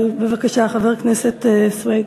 אבל, בבקשה, חבר הכנסת סוייד.